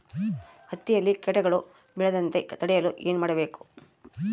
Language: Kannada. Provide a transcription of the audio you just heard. ಹತ್ತಿಯಲ್ಲಿ ಕೇಟಗಳು ಬೇಳದಂತೆ ತಡೆಯಲು ಏನು ಮಾಡಬೇಕು?